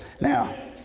Now